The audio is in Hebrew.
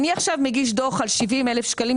אני עכשיו מגיש דוח על 70,000 שקלים,